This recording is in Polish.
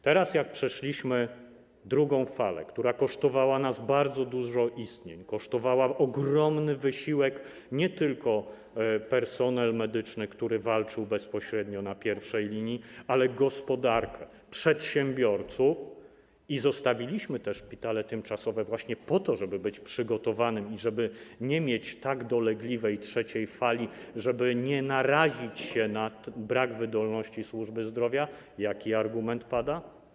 Teraz, jak przeszliśmy drugą falę, która kosztowała nas bardzo dużo istnień, kosztowała ogromny wysiłek nie tylko personel medyczny, który walczył bezpośrednio na pierwszej linii, ale też gospodarkę, przedsiębiorców, i zostawiliśmy te szpitale tymczasowe właśnie po to, żeby być przygotowanym i żeby nie mieć tak dolegliwej trzeciej fali, żeby nie narazić się na brak wydolności służby zdrowia, jaki argument pada?